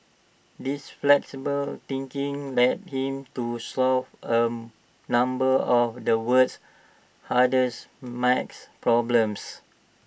this flexible thinking led him to solve A number of the world's hardest math problems